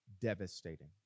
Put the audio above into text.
devastating